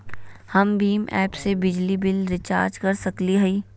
हम भीम ऐप से बिजली बिल रिचार्ज कर सकली हई?